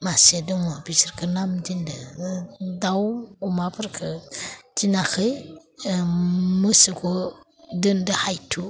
मासे दङ बिसोरखो नाम दोन्दो दाउ अमाफोरखो दोनाखै मोसौखौ दोन्दो हायथु